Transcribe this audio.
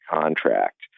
contract